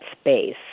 space